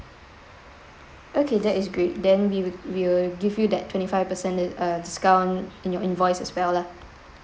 okay that is great then we will we will give you that twenty five percent it uh discount in your invoice as well lah